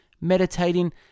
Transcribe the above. meditating